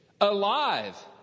alive